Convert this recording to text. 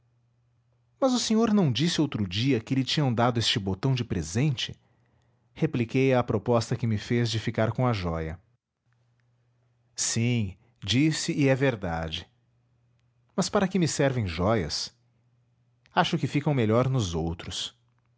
mas o senhor não disse outro dia que lhe tinham dado este botão de presente repliquei à proposta que me fez de ficar com a jóia sim disse e é verdade mas para que me servem jóias acho que ficam melhor nos outros